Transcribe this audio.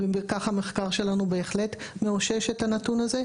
וכך המחקר שלנו בהחלט מאושש את הנתון הזה,